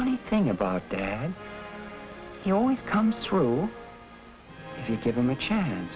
funny thing about dad he always comes through if you give him a chance